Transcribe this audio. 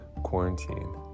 quarantine